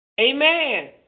Amen